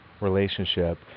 relationship